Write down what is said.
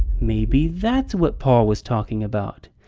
maybe that's what paul was talking about.